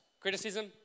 Criticism